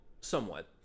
somewhat